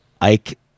Ike